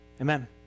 Amen